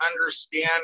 understand